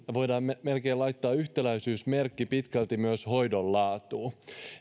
voidaan melkein laittaa yhtäläisyysmerkki hyvin pitkälti myös hoidon laatua